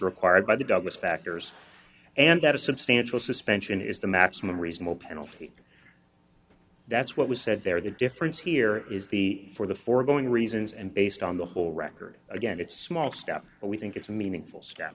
required by the douglas factors and that a substantial suspension is the maximum reasonable penalty that's what was said there the difference here is the for the foregoing reasons and based on the whole record again it's a small step but we think it's a meaningful s